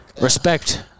Respect